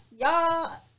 y'all